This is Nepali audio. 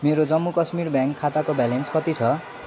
मेरो जम्मू काश्मीर ब्याङ्क खाताको ब्यालेन्स कति छ